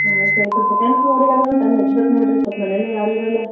ಹಾಂ ಸರಿ ಸೆಕೆಂಡ್ ಫ್ಲೋರಿಗೆ ಆದ್ರೂ ತಂದು ಹಚ್ಬೇಕು ನೋಡ್ರಿ ಸ್ವಲ್ಪ ಮನೆಲ್ಲೇ ಯಾರು ಇರೋಲ್ಲ